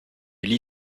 lit